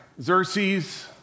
Xerxes